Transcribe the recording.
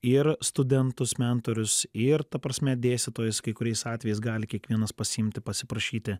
ir studentus mentorius ir ta prasme dėstytojas kai kuriais atvejais gali kiekvienas pasiimti pasiprašyti